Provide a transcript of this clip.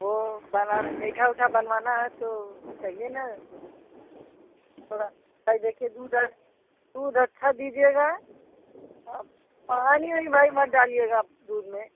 वह बनाना मीठा उठा बनवाना है तो चाहिए ना थोड़ा भाई देखिए दूध दूध अच्छा दीजिएगा पानी उनी भाई मत डालिएगा आप दूध में